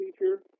teacher